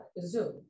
Zoom